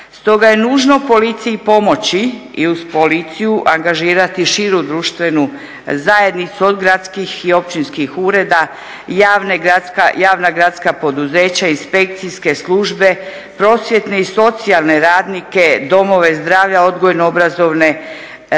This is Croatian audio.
Stoga je nužno policiji pomoći i uz policiju angažirati širu društvenu zajednicu od gradskih i općinskih ureda, javna gradska poduzeća, inspekcijske službe, prosvjetne i socijalne radnike, domove zdravlja, odgojno-obrazovne